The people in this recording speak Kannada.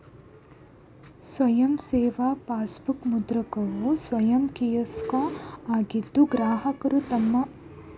ಸ್ವಯಂ ಸೇವಾ ಪಾಸ್ಬುಕ್ ಮುದ್ರಕವು ಸ್ವಯಂ ಕಿಯೋಸ್ಕ್ ಆಗಿದ್ದು ಗ್ರಾಹಕರು ತಮ್ಮ ಪಾಸ್ಬುಕ್ಅನ್ನ ಸ್ವಂತ ಮುದ್ರಿಸಬಹುದು